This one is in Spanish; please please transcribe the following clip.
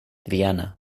triana